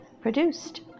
produced